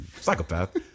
psychopath